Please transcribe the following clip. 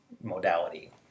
modality